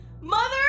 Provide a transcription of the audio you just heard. Mother